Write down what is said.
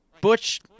butch